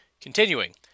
Continuing